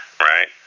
Right